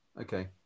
Okay